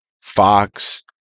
Fox